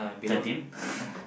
thirteen